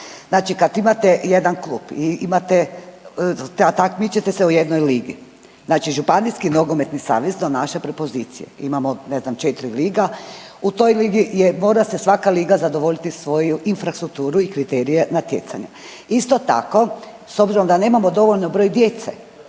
Znači kad imate jedan klub i imate, takmičite se u jednoj ligi znači Županijski nogometni savez donaša prepozicije. Imamo, ne znam 4 liga. U toj ligi mora se svaka liga zadovoljiti svoju infrastrukturu i kriterije natjecanja. Isto tako, s obzirom da nemamo dovoljan broj djece